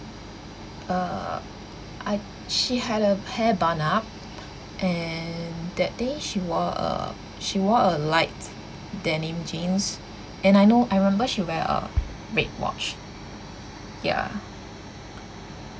uh I she had a hair bun up and that day she wore a she wore a light denim jeans and I know I remember she wear a red watch ya